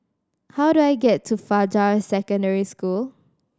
how do I get to Fajar Secondary School